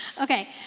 Okay